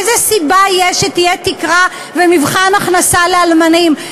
איזו סיבה יש שיהיו תקרה ומבחן הכנסה לאלמנים?